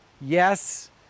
yes